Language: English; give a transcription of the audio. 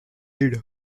leader